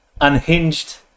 unhinged